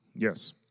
Yes